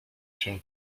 się